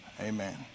Amen